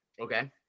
okay